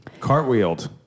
Cartwheeled